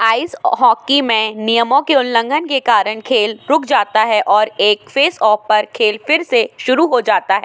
ice hockey में नियमों के उल्लंघन के कारण खेल रूक जाता है और एक फेसऑफ पर खेल फिर से शुरू हो जाता है